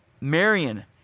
Marion